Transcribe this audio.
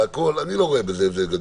אני לא רואה בזה הבדל גדול.